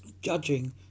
judging